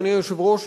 אדוני היושב-ראש,